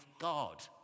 God